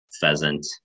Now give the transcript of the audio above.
pheasant